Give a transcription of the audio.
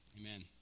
amen